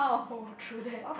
oh true that